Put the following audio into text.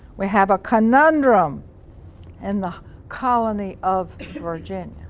we have a conundrum in the colony of virginia.